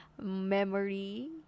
memory